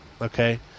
Okay